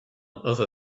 other